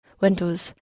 Windows